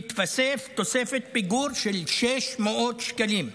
תתווסף תוספת פיגור של 600 שקלים,